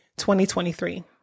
2023